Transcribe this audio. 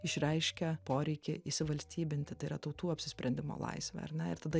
išreiškia poreikį įsivalstybinti tai yra tautų apsisprendimo laisvė ar ne ir tada